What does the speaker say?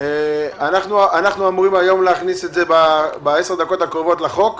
אנחנו אומרים להכניס את זה בעשר הדקות הקרובות לחוק.